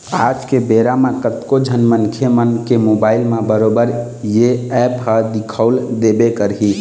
आज के बेरा म कतको झन मनखे मन के मोबाइल म बरोबर ये ऐप ह दिखउ देबे करही